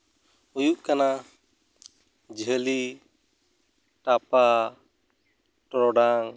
ᱦᱩᱭᱩᱜ ᱠᱟᱱᱟ ᱡᱷᱟᱹᱞᱤ ᱴᱟᱯᱟ ᱴᱚᱨᱚᱰᱟᱝ